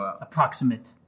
approximate